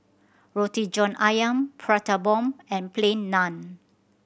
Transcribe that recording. Roti John Ayam Prata Bomb and Plain Naan